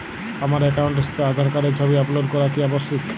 আমার অ্যাকাউন্টের সাথে আধার কার্ডের ছবি আপলোড করা কি আবশ্যিক?